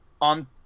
on